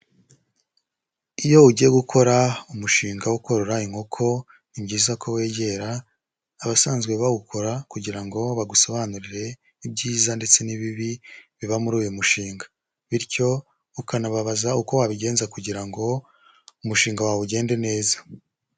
Iyo ugiye gukora umushinga wo korora inkoko ni byiza ko wegera abasanzwe bawukora kugira ngo bagusobanurire ibyiza ndetse n'ibibi biba muri uyu mushinga, bityo ukanababaza uko wabigenza kugira ngo umushinga wawe ugende neza.